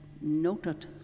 noted